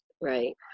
Right